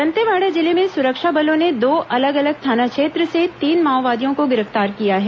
दन्तेवाड़ा जिले में सुरक्षा बलों ने दो अलग अलग थाना क्षेत्र से तीन माओवादियों को गिरफ्तार किया है